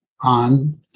on